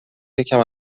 یکم